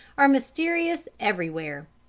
are mysterious everywhere.